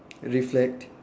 reflect